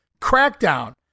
crackdown